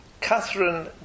Catherine